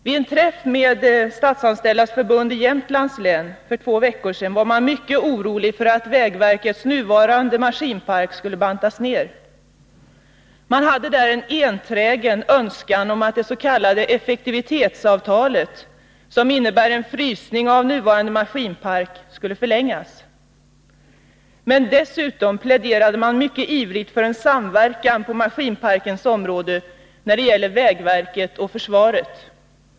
Vid en träff med Statsanställdas förbund i Jämtlands län för två veckor sedan var man mycket orolig för att vägverkets nuvarande maskinpark skulle bantas ner. Man hade där en enträgen önskan om att det s.k. effektivitetsavtalet, som innebär en frysning av nuvarande maskinpark, skulle förlängas. Men dessutom pläderade man mycket ivrigt för en samverkan på maskinparkens område när det gäller vägverket och försvaret.